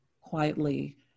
quietly